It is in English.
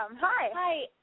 Hi